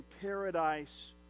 paradise